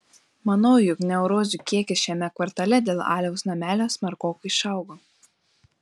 manau jog neurozių kiekis šiame kvartale dėl aliaus namelio smarkokai išaugo